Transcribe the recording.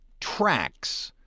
tracks